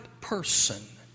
person